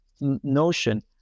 notion